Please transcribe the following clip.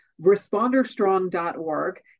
ResponderStrong.org